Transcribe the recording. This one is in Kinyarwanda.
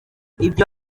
ibyo